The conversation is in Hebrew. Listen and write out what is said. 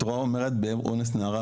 תורה אומרת באונס נערה,